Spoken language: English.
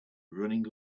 running